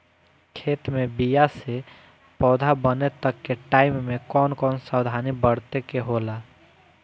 खेत मे बीया से पौधा बने तक के टाइम मे कौन कौन सावधानी बरते के होला?